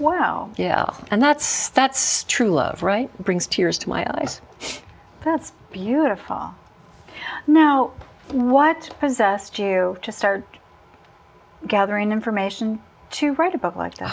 wow yeah and that's that's true love right brings tears to my eyes that's beautiful now what possessed you to start gathering information to write a book like th